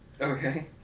Okay